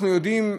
אנחנו יודעים,